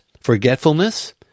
forgetfulness